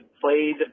played